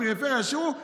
לפריפריה השאירו,